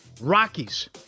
Rockies